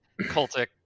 cultic